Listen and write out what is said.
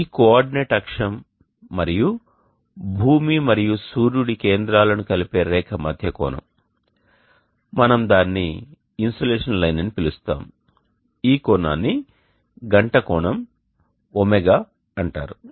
ఈ కోఆర్డినేట్ అక్షం మరియు భూమి మరియు సూర్యుడి కేంద్రాలను కలిపే రేఖ మధ్య కోణం మనం దానిని ఇన్సోలేషన్ లైన్ అని పిలుస్తాం ఈ కోణాన్ని గంట కోణం ω అంటారు